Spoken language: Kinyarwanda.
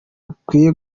rukwiye